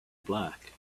black